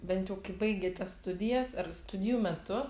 bent jau kai baigėte studijas ar studijų metu